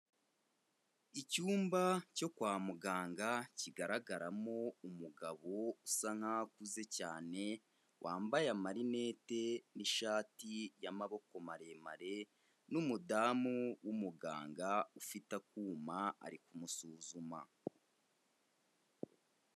Icyumba cyo kwa muganga kigaragaramo umugabo usa nkaho akuze cyane, wambaye amarinete n'ishati y'amaboko maremare n'umudamu w'umuganga ufite akuma ari kumusuzuma.